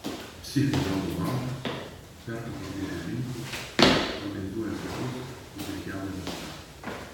psichai valdo bankus perka parduoda ginklus organizuoja karus ir prekiauja nafta